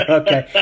okay